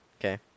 okay